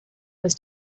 was